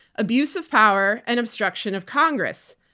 abuse of power and obstruction of congress.